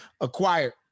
acquired